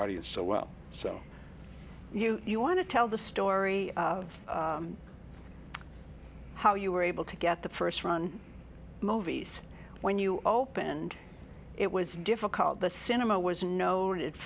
audience so well so you you want to tell the story of how you were able to get the first run movies when you opened it was difficult the cinema was no